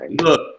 look